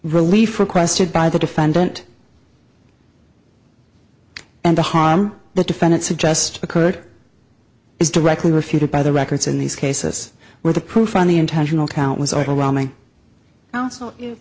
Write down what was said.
relief requested by the defendant and the harm the defendant suggest occurred is directly refuted by the records in these cases where the proof from the intentional count was overwhelming also